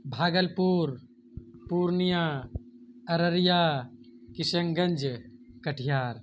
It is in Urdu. بھاگل پور پورنیہ ارریہ کشن گنج کٹھیار